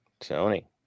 Tony